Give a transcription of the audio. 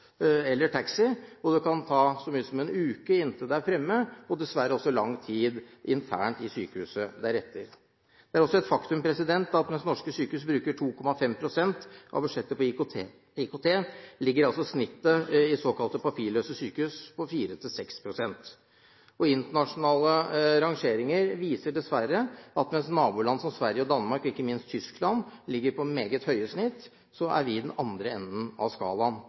eller taxi. Det kan ta så mye som en uke før det er fremme, og dessverre også deretter lang tid internt i sykehuset. Det er også et faktum at mens norske sykehus bruker 2,5 pst. av budsjettet på IKT, ligger snittet i såkalte papirløse sykehus på 4–6 pst. Internasjonale rangeringer viser dessverre at mens naboland som Sverige, Danmark og ikke minst Tyskland ligger på meget høye snitt, er vi i den andre enden av skalaen